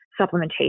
supplementation